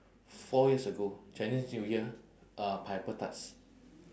four years ago chinese new year uh pineapple tarts